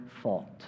fault